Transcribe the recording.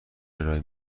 ارائه